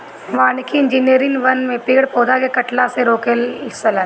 वानिकी इंजिनियर वन में पेड़ पौधा के कटला से रोके लन